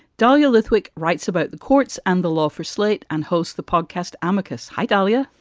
dahlia lithwick writes about the courts and the law for slate and hosts the podcast amicus. hi, dalia.